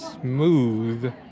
smooth